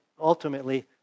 ultimately